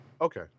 Okay